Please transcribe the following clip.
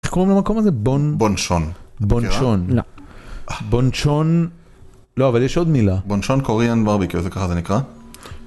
איך קוראים למקום הזה? בון... בון שון. בון שון. נכירה? בון שון... לא, אבל יש עוד מילה. בון שון קוריאן ברביקיו, זה ככה זה נקרא?